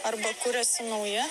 arba kuriasi nauji